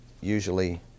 usually